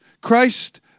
Christ